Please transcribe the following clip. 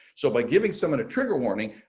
so by giving someone a trigger warning,